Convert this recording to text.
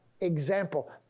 example